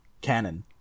canon